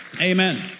Amen